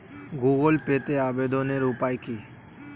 Google পেতে আবেদনের উপায় কি?